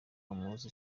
amuzi